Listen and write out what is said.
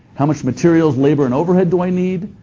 how much materials, labor, and overhead do i need?